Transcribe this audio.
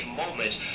moment